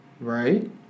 Right